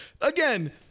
again